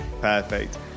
Perfect